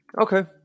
Okay